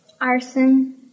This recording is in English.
arson